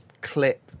clip